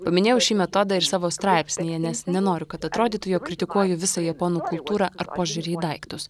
paminėjau šį metodą ir savo straipsnyje nes nenoriu kad atrodytų jog kritikuoju visą japonų kultūrą ar požiūrį į daiktus